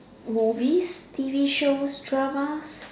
movies T_V shows dramas